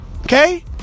Okay